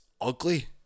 ugly